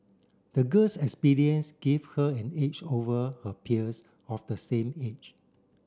the girl's experience give her an edge over her peers of the same age